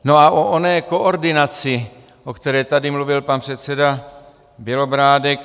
A o oné koordinaci, o které tady mluvil pan předseda Bělobrádek.